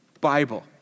Bible